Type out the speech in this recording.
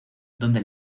donde